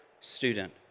student